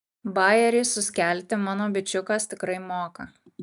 bajerį suskelti mano bičiukas tikrai moka